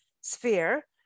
sphere